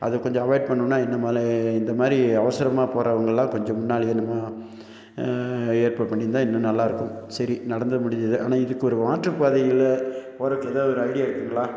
அதை கொஞ்சம் அவாய்ட் பண்ணணுன்னால் இன்னி மேல் இந்த மாதிரி அவசரமாக போகிறவங்கல்லாம் கொஞ்சம் முன்னாடியே என்னமோ ஏற்பாடு பண்ணியிருந்தா இன்னும் நல்லா இருக்கும் சரி நடந்து முடிஞ்சுது ஆனால் இதுக்கு ஒரு மாற்று பாதை இல்லை ஒரு ஏதாவது ஒரு ஐடியா இருக்குதுங்களா